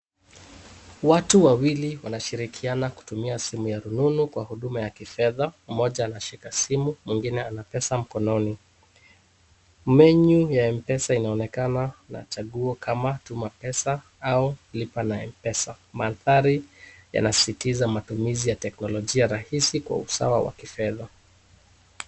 Watu wawili wanashirikiana kutumia simu ya rununu kwa huduma ya kifedha. Mmoja anashika simu mwingine ana pesa mkononi. Menu ya mpesa inaonekana na chaguo kama tuma pesa au lipa na mpesa. Mandhari yanasisitiza matumizi ya teknolojia rahisi kwa usawa wa kifedha.